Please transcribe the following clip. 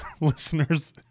listeners